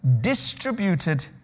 distributed